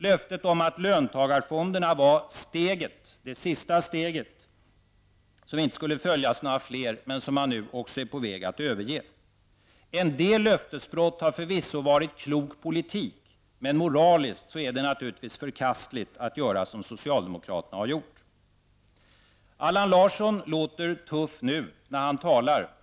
Löftet om att löntagarfonderna var det sista steget som inte skulle följas av några fler är nu också på väg att överges. En del löftesbrott har förvisso varit klok politik, men moraliskt är det naturligtvis förkastligt att göra som socialdemokraterna har gjort. Allan Larsson låter tuff när han talar.